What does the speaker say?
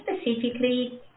specifically